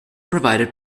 provided